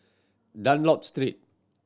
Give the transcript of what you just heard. Dunlop Street